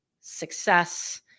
success